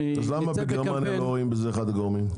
למה בגרמניה לא רואים בזה את אחד הגורמים?